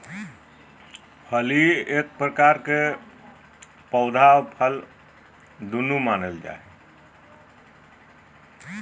फली एगो प्रकार के पौधा आर फल हइ